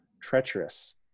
treacherous